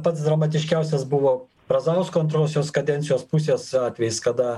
pats dramatiškiausias buvo brazausko antrosios kadencijos pusės atvejis kada